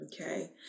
Okay